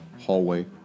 hallway